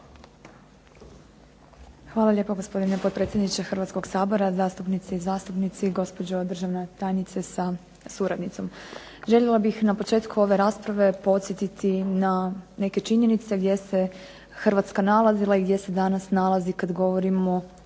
Hvala lijepa gospodine potpredsjedniče Hrvatskog sabora, zastupnice i zastupnici, gospođo državna tajnice sa suradnicom. Željela bih na početku ove rasprave podsjetiti na neke činjenice, gdje se Hrvatska nalazila i gdje se danas nalazi kad govorimo